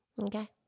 Okay